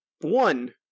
one